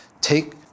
take